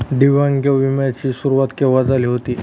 दिव्यांग विम्या ची सुरुवात केव्हा झाली होती?